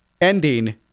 ending